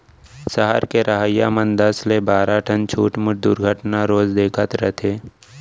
सहर के रहइया मन दस ले बारा ठन छुटमुट दुरघटना रोज देखत रथें